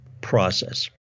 process